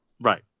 Right